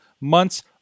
months